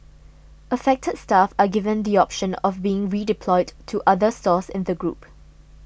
affected staff are given the option of being redeployed to other stores in the group